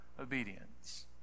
obedience